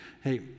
Hey